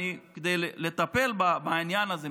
כדי לטפל בעניין הזה,